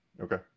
Okay